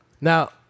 Now